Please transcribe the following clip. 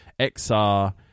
XR